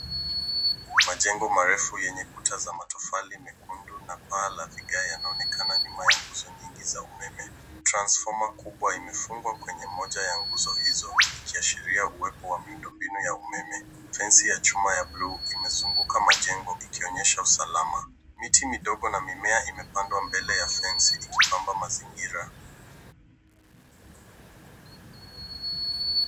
Majengo marefu yenye kuta za matofali mekundu na paa la vigaa yanaonekana nyuma ya nguzo nyingi za umeme. Transformer kubwa imefungwa kwenye moja ya nguzo hizo ikiashiria uwepo wa miundo mbinu ya umeme. Fensi ya chuma ya bluu imezunguka majengo ikionyesha usalama. Miti midogo na mimea imepandwa mbele ya fensi ikipamba mazingira.